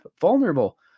vulnerable